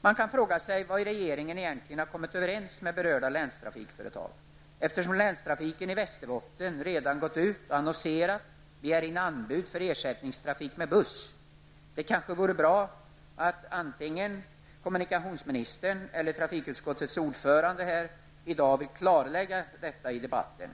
Man kan fråga sig vad regeringen egentligen har kommit överens med berörda länstrafikföretag om, eftersom länstrafiken i Västerbotten redan gått ut och annonserat och begärt in anbud för ersättningstrafik med buss. Det kanske vore bra om kommunikationsministern eller trafikutskottets ordförande ville klarlägga detta i debatten.